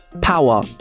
Power